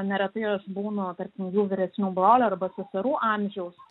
neretai jos būna tarkim jų vyresnių brolių arba seserų amžiaus